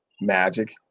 Magic